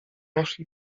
poszli